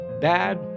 bad